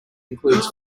includes